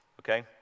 Okay